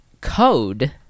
code